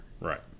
Right